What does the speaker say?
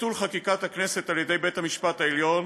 בביטול חקיקת הכנסת על ידי בית המשפט העליון